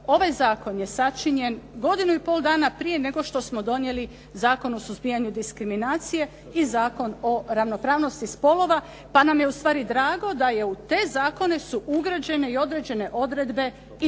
ovaj zakon je sačinjen godinu i pol dana prije nego što smo donijeli Zakon o suzbijanju diskriminacije i Zakon o ravnopravnosti spolova. Pa nam je ustvari drago da u te zakone su ugrađene i određene odredbe iz